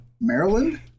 Maryland